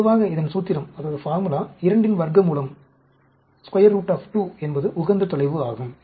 பொதுவாக இதன் சூத்திரம் 2 இன் வர்க்கமூலம் என்பது உகந்த தொலைவு ஆகும்